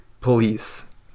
police